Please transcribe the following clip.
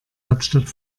hauptstadt